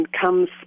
comes